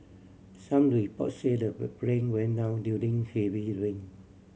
some report say the plane went down during heavy rain